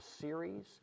series